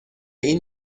این